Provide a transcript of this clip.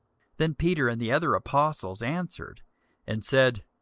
then peter and the other apostles answered and said,